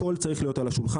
הכול צריך להיות על השולחן,